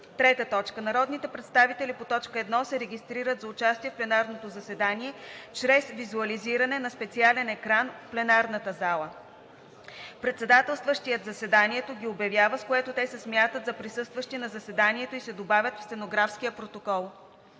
заседанията. 3. Народните представители по т. 1 се регистрират за участие в пленарното заседание чрез визуализиране на специален екран в пленарната зала. Председателстващият заседанието ги обявява, с което те се смятат за присъстващи на заседанието и се добавят в стенографския протокол.